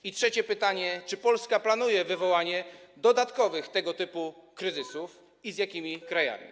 I kolejne pytanie: Czy Polska planuje wywołanie dodatkowych tego typu kryzysów i z jakimi krajami?